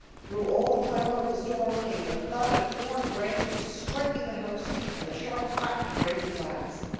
through all the clamor of the storm came the thud of torn branches striking the house and the sharp crack of breaking glass.